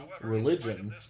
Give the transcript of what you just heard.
religion